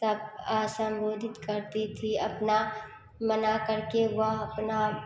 सब सम्बोधित करती थी अपना मना करके वह अपना